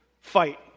fight